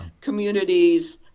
communities